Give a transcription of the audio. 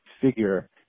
figure